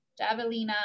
javelina